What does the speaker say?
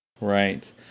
Right